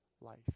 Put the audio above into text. life